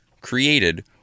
created